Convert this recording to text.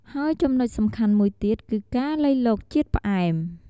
ហើយចំណុចសំខាន់មួយទៀតគឺការលៃលកជាតិផ្អែម។